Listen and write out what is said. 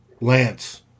Lance